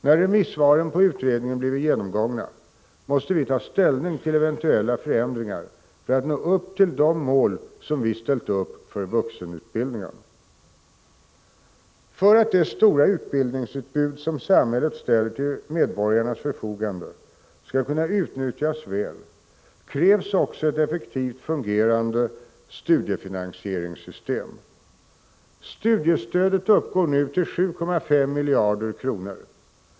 När remissvaren på utredningen blivit genomgångna måste vi ta ställning till eventuella förändringar för att nå upp till de mål som vi ställt upp för vuxenutbildningen. För att det stora utbildningsutbud som samhället ställer till medborgarnas förfogande skall kunna utnyttjas väl krävs också ett effektivt fungerande studiefinansieringssystem. Studiestödet uppgår nu till 7,5 miljarder kronor.